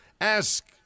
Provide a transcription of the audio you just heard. Ask